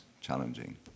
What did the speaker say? challenging